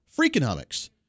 Freakonomics